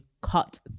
cut